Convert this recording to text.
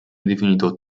definito